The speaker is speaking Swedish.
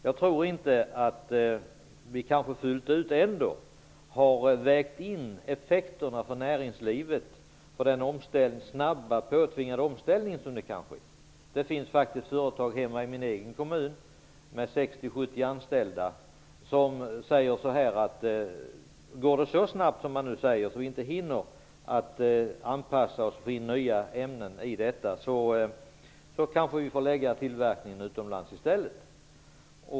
Jag tror inte att vi fullt ut har vägt in effekterna för näringslivet av den snabba, påtvingade omställningen som kan ske. Det finns faktiskt företag hemma i min egen kommun med 60-70 anställda som säger att om det går så snabbt som man säger så att de inte hinner anpassa sig och få in nya ämnen kanske de får förlägga tillverkningen utomlands i stället.